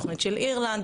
התוכנית של אירלנד,